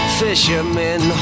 fishermen